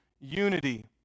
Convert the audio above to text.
unity